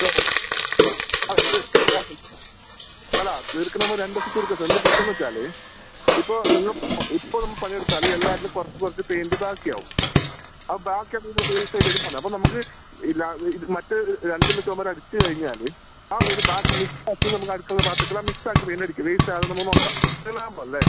പ്പൊ ആ തീർക്കണം വേഗം അല്ല തീർക്കണം നമ്മൾ രണ്ട് ദിവസം തീർക്കാം സർ എന്താണ് പ്രശ്നം എന്ന് വച്ചാൽ ഇപ്പോൾ നിങ്ങൾ ഇപ്പം പണി എടുത്താൽ എല്ലാവരിലും കുറച്ച് കുറച്ച് പെയിൻ്റ് ബാക്കിയാവും അപ്പം ബാക്കി അതിൽ നിന്ന് കൂട്ടി ചെയ്ത് വരുമ്പോൾ അപ്പം നമുക്ക് മറ്റേ രണ്ടിൽ ചുമര് അടിച്ച് കഴിഞ്ഞാൽ ആ പെയിൻ്റ് ബാക്കി മിക്സാക്കി നമുക്ക് അടുക്കള ഭാഗത്തേക്കുള്ള മിക്സാക്കി പെയിൻറ്റ് അടിക്കാം വേസ്റ്റ് ആവാണ്ട് നമുക്ക് നോക്കാം അത് ലാഭമല്ലെ